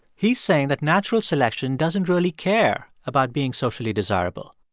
he's saying that natural selection doesn't really care about being socially desirable.